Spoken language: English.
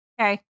Okay